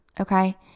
Okay